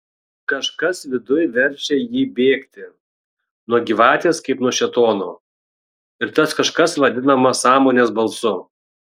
kažkas viduj verčia ji bėgti nuo gyvatės kaip nuo šėtono ir tas kažkas vadinama sąmonės balsu